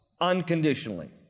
unconditionally